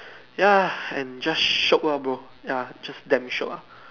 ya and just shock lor bro ya just damn shiok lah